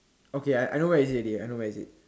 okay I know where is it already I know where is it